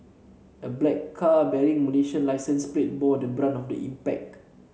a black car bearing Malaysian licence plate bore the brunt of the impact